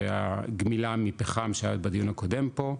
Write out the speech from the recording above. והגמילה מפחם שהיה בדיון הקודם פה,